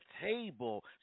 table